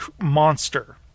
monster